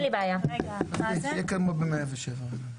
בוקר טוב.